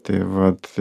tai vat